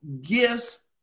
gifts